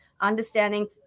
understanding